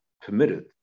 permitted